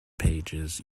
pages